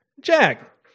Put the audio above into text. Jack